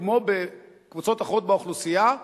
כמו בקבוצות אחרות באוכלוסייה,